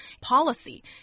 policy